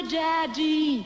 daddy